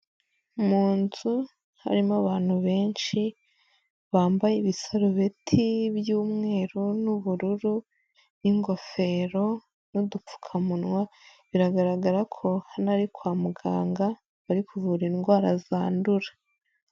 Mu nzu harimo abantu benshi bambaye ibisarubeti by'umweru n'ubururu n'ingofero n'udupfukamunwa biragaragara ko hano ari kwa muganga bari kuvura indwara zandura.